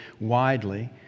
widely